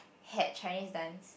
had Chinese dance